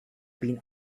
been